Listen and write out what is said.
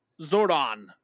Zordon